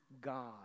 God